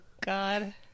God